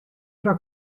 fra